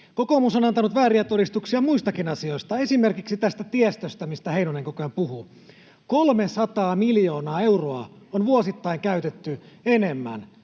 Kokoomus on antanut vääriä todistuksia muistakin asioista, esimerkiksi tästä tiestöstä, mistä Heinonen koko ajan puhuu. 300 miljoonaa euroa on vuosittain käytetty enemmän